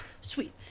sweet